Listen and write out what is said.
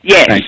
Yes